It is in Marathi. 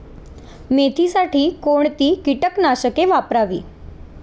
मेथीसाठी कोणती कीटकनाशके वापरावी?